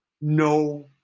no